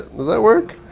does that work?